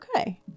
Okay